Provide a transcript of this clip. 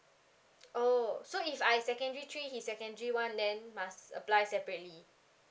oh so if I secondary three he secondary one then must apply separately